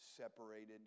separated